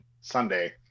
Sunday